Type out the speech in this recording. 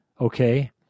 Okay